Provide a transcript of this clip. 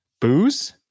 booze